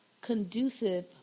conducive